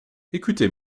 ecoutez